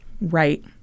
Right